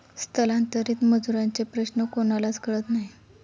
स्थलांतरित मजुरांचे प्रश्न कोणालाच कळत नाही